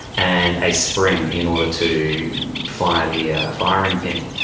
and a spring in order to fire the ah firing pin.